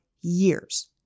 years